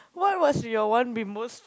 what was your one bimbo-est